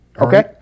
Okay